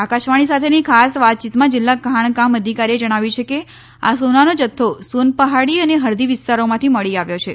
આકાશવાણી સાથેની ખાસ વાતયીતમાં જીલ્લા ખાણ કામ અધિકારીએ જણાવ્યું છે કે આ સોનાનો જથ્થો સોન પહાડી અને હર્દી વિસ્તારોમાંથી મળી આવ્યો છે